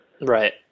Right